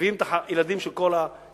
מביאים את הילדים של כל הסביבה,